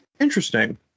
Interesting